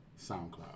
SoundCloud